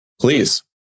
please